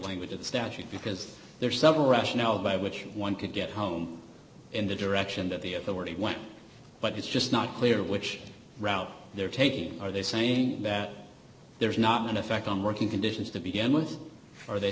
language of the statute because there are several rationale by which one could get home in the direction that the authority went but it's just not clear which route they're taking are they saying that there's not going to affect on working conditions to begin with are they